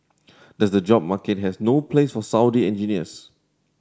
does the job market has no place for Saudi engineers